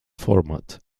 format